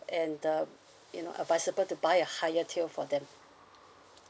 and uh you know advisable to buy a higher tier for them